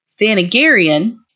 Thanagarian